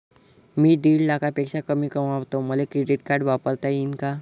मी दीड लाखापेक्षा कमी कमवतो, मले क्रेडिट कार्ड वापरता येईन का?